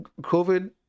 COVID